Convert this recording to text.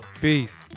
Peace